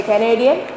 Canadian